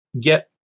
get